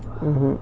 hmm